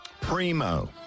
Primo